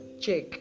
check